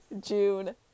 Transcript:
June